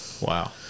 Wow